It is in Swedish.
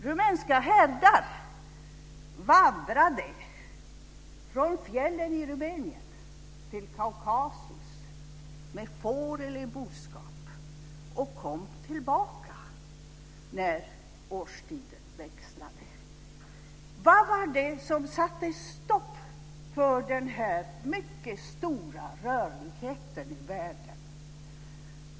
Rumänska herdar vandrade från fjällen i Rumänien till Kaukasus med får eller boskap och kom tillbaka när årstiden växlade. Vad var det som satte stopp för den här mycket stora rörligheten i världen?